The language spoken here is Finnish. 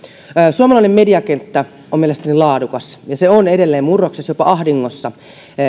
suomalainen mediakenttä on mielestäni laadukas ja se on edelleen murroksessa jopa ahdingossa